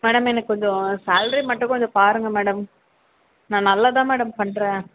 madam எனக்கு கொஞ்சம் salary மட்டும் கொஞ்சம் பாருங்கள் மேடம் நான் நல்லா தான் மேடம் பண்ணுறேன்